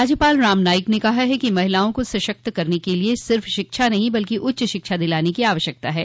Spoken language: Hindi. राज्यपाल राम नाईक ने कहा है कि महिलाओं को सशक्त बनाने क लिए सिर्फ शिक्षा नहीं बल्कि उच्च शिक्षा दिलाने की आवश्यकता है